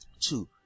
Two